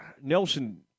Nelson